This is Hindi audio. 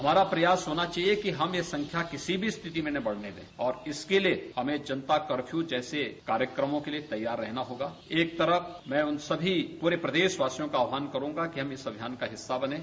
हमारा प्रयास होना चाहिए कि हम यह संख्या किसी भी स्थिति में न बढ़ने दें और इसके लिये हमें जनता कर्फ्यू जैसे कार्यक्रमों के लिये तैयार रहना होगा एवं मैं उन सभी प्रदेश वासियों का आहवान करूंगा कि हम सब इस अभियान का हिस्सा बनें